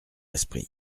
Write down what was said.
esprit